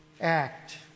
act